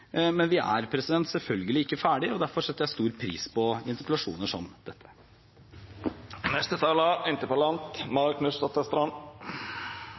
er selvfølgelig ikke ferdig. Derfor setter jeg stor pris på interpellasjoner som dette.